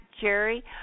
Jerry